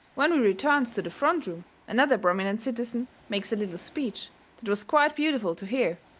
when we returns to the front room another prominent citizen makes a little speech that was quite beautiful to hear,